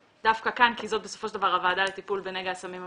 דווקא כאן כי בסופו של דבר זאת הוועדה לטיפול בנגע הסמים,